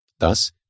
Thus